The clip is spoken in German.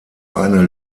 eine